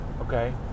Okay